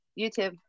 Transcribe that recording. YouTube